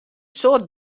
soad